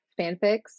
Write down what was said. fanfics